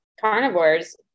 carnivores